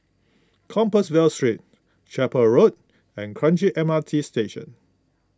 Compassvale Street Chapel Road and Kranji M R T Station